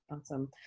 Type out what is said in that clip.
Awesome